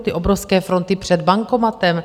Ty obrovské fronty před bankomatem?